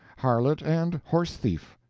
harlot, and horse-thief.